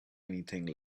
anything